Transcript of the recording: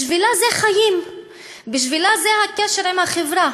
בשבילה זה חיים, בשבילה זה הקשר עם החברה,